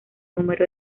número